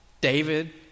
David